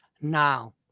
now